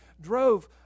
drove